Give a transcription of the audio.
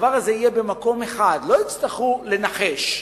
הדבר הזה יהיה במקום אחד, לא יצטרכו לנחש.